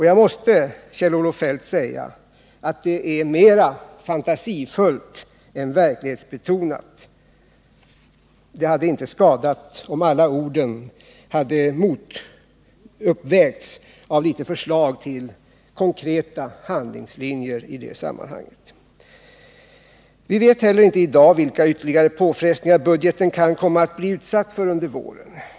Jag måste, Kjell-Olof Feldt, säga att det är mera fantasifullt än verklighetsbetonat. Det hade inte skadat om alla orden hade uppvägts av några förslag till konkreta handlingslinjer. Vi vet i dag inte heller vilka ytterligare påfrestningar budgeten kan komma att bli utsatt för under våren.